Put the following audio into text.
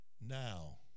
Now